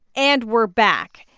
and we're back.